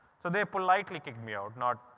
so they politely kicked me out not,